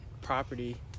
property